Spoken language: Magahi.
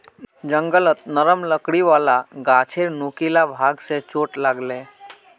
जंगलत नरम लकड़ी वाला गाछेर नुकीला भाग स चोट लाग ले